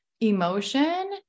emotion